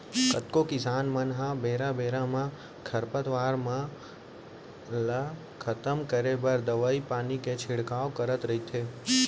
कतको किसान मन ह बेरा बेरा म खरपतवार ल खतम करे बर दवई पानी के छिड़काव करत रइथे